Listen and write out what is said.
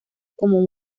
como